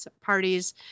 parties